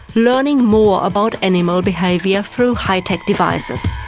learning more about animal behaviour through high-tech devices.